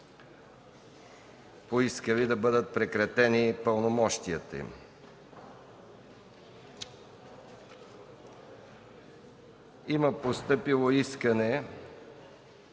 поискали да бъдат прекратени пълномощията им. Има постъпило искане